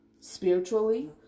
spiritually